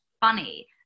funny